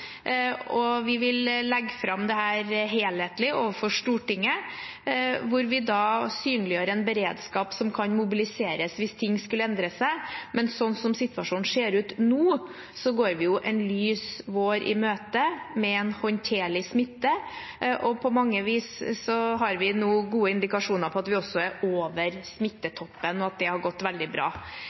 Vi vil legge fram dette helhetlig overfor Stortinget, hvor vi da synliggjør en beredskap som kan mobiliseres hvis ting skulle endre seg. Men sånn som situasjonen ser ut nå, går vi en lys vår i møte med en håndterlig smitte. På mange vis har vi nå gode indikasjoner på at vi er over smittetoppen, og at det har gått veldig bra.